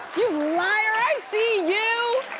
you liar, i see you.